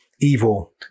evil